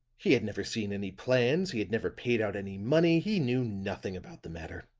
he had never seen any plans he had never paid out any money he knew nothing about the matter.